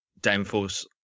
Downforce